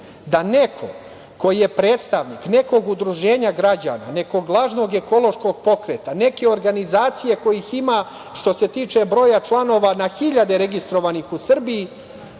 da neko ko je predstavnik nekog udruženja građana, nekog lažnog ekološkog pokreta, neke organizacije kojih ima što se tiče broja članova na hiljade registrovanih u Srbiji,